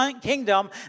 kingdom